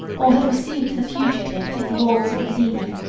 or had received the fugitive in the walls of medina.